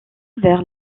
vers